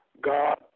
God